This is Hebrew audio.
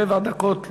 שבע דקות לרשותך.